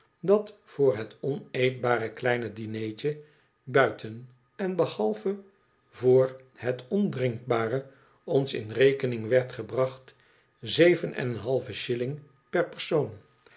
dat voor het oneetbare kleine dinertje buiten en behalve voor het on drinkbare ons in rekening werd gebracht zeven en een halve shilling per persoon